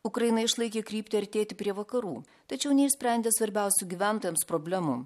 ukraina išlaikė kryptį artėti prie vakarų tačiau neišsprendė svarbiausių gyventojams problemų